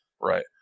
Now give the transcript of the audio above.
Right